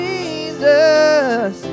Jesus